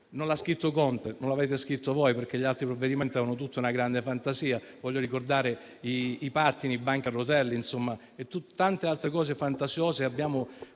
Non lo ha scritto Conte, non lo avete scritto voi perché gli altri provvedimenti avevano tutti una grande fantasia: desidero ricordare i banchi a rotelle, insomma tante altre cose fantasiose. Abbiamo